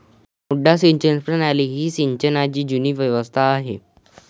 मुड्डा सिंचन प्रणाली ही सिंचनाची जुनी व्यवस्था आहे